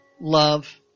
love